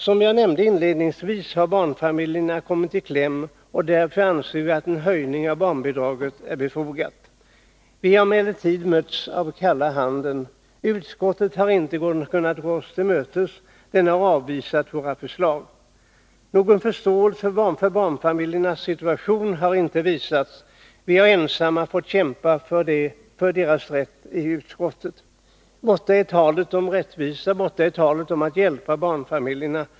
Som jag nämnde i inledningen har barnfamiljerna kommit i kläm, och därför anser vi att en höjning av barnbidraget är befogad. Vi har emellertid mötts med kalla handen. Utskottet har inte kunnat gå oss till mötes. Det har avvisat våra förslag. Någon förståelse för barnfamiljernas situation har inte visats. Vi har i utskottet ensamma fått kämpa för barnfamiljernas rätt. Borta är talet om rättvisa, borta är talet om att hjälpa barnfamiljerna.